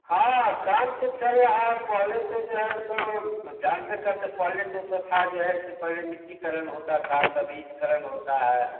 हाँ काम तो चल रहा है पहले तो जो है सो पहले तो तो था जो है सो पहले मिट्टी कलन होता था अब तब ईंट कलन होता है